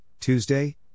Tuesday